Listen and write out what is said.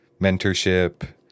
mentorship